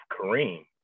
Kareem